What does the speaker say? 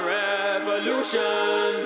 revolution